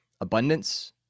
abundance